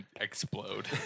explode